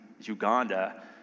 Uganda